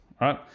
right